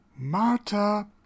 Marta